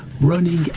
running